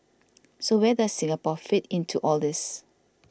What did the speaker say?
so where does Singapore fit into all this